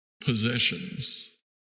possessions